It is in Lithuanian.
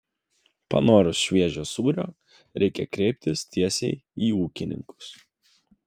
panorus šviežio sūrio reikia kreiptis tiesiai į ūkininkus